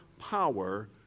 power